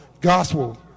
gospel